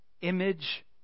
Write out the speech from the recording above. Image